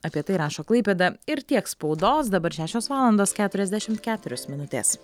apie tai rašo klaipėda ir tiek spaudos dabar šešios valandos keturiasdešimt keturios minutės